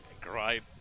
great